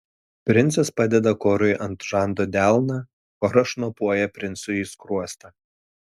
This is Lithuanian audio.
princas padeda korui ant žando delną koras šnopuoja princui į skruostą